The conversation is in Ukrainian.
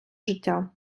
життя